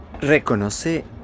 ¿Reconoce